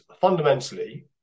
fundamentally